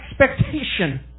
expectation